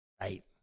Right